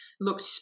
looked